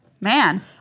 man